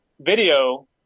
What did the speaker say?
video